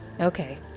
Okay